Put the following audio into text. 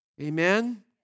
Amen